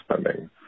spending